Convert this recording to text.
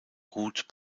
ruth